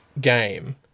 game